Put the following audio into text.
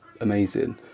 amazing